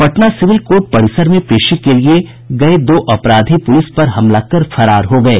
Patna civil court परिसर में पेशी के लिए गये दो अपराधी पूलिस पर हमला कर फरार हो गये